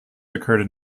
occurred